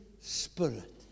Spirit